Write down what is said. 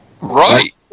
Right